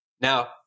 Now